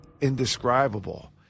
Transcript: indescribable